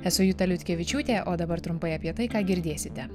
esu juta liutkevičiūtė o dabar trumpai apie tai ką girdėsite